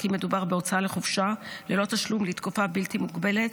אם מדובר בהוצאה לחופשה ללא תשלום לתקופה בלתי מוגבלת,